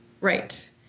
Right